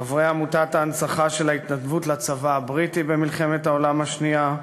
חברי עמותת ההנצחה של ההתנדבות לצבא הבריטי במלחמת העולם השנייה,